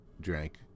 drank